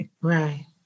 Right